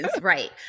right